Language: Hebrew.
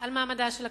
על מעמדה של הכנסת,